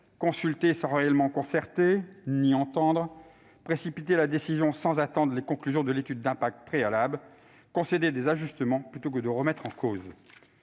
consulter sans réellement concerter ni entendre ; précipiter la décision sans attendre les conclusions de l'étude d'impact préalable ; concéder des ajustements plutôt que remettre en cause.